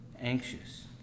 anxious